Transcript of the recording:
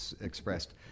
expressed